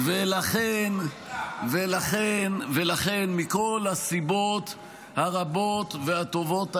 ולכן מכל הסיבות הרבות והטובות האלה,